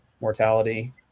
mortality